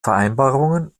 vereinbarungen